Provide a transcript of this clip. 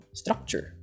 structure